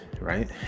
right